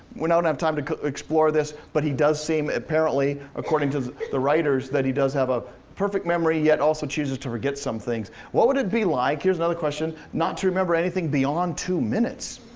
we don't have time to explore this, but he does seem, apparently, according to the writers, that he does have a perfect memory, yet also chooses to forget some things. what would it be like, here's another question, not to remember anything beyond two minutes?